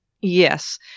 Yes